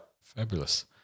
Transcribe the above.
fabulous